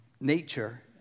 nature